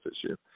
issue